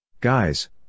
Guys